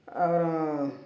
அப்புறம்